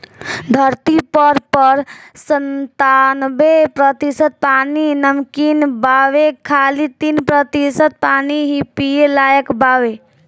धरती पर पर संतानबे प्रतिशत पानी नमकीन बावे खाली तीन प्रतिशत पानी ही पिए लायक बावे